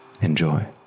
Enjoy